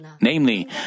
Namely